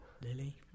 Lily